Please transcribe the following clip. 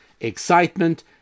excitement